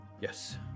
Yes